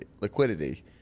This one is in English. liquidity